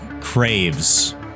craves